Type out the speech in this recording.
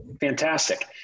Fantastic